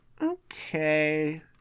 Okay